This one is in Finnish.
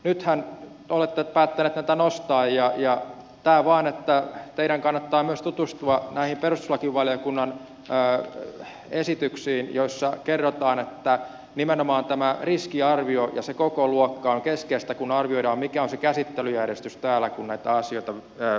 nythän olette päättäneet näitä nostaa ja teidän kannattaa tutustua myös näihin perustuslakivaliokunnan esityksiin joissa kerrotaan että nimenomaan tämä riskiarvio ja se kokoluokka on keskeistä kun arvioidaan mikä on se käsittelyjärjestys täällä kun näitä asioita päätetään